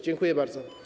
Dziękuję bardzo.